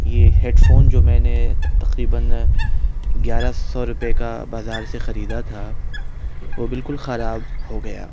یہ headphone جو میں نے تقریباً گیارہ سو روپے کا بازار سے خریدا تھا وہ بالکل خراب ہو گیا